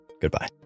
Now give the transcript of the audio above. goodbye